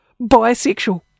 Bisexual